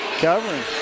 covering